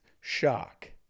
shock